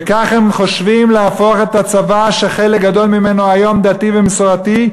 וכך הם חושבים להפוך את הצבא שחלק גדול ממנו היום דתי ומסורתי,